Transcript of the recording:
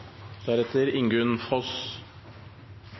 Representanten Ingunn Foss